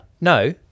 No